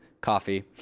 coffee